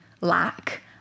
lack